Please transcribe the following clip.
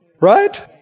Right